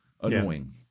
Annoying